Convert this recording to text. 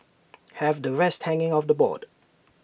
have the rest hanging off the board